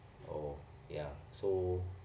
oh ya so